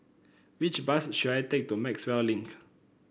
which bus should I take to Maxwell Link